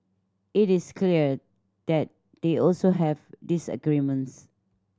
it is clear that they also have disagreements